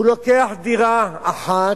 הוא לוקח דירה אחת,